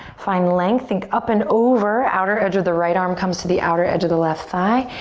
find length. think up and over. outer edge of the right arm comes to the outer edge of the left thigh.